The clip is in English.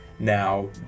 Now